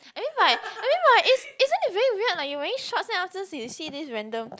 I mean like I mean like it isn't it very weird like you wearing shorts then afterwards you see this random